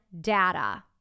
data